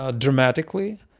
ah dramatically.